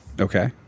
Okay